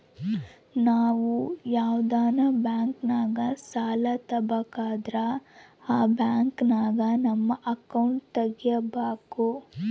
ನಾವು ಯಾವ್ದನ ಬ್ಯಾಂಕಿನಾಗ ಸಾಲ ತಾಬಕಂದ್ರ ಆ ಬ್ಯಾಂಕಿನಾಗ ನಮ್ ಅಕೌಂಟ್ ತಗಿಬಕು